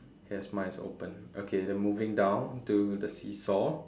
yes mine is opened okay the moving down to the seesaw